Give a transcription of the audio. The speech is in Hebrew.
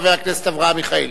ולאחריה, חבר הכנסת אברהם מיכאלי.